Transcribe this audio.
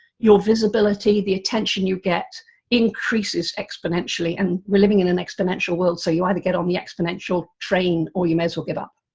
your visibility, the attention you get increases exponentially, and we're living in an exponential world, so you either get on the exponential train or you may as well give up.